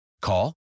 Call